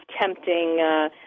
tempting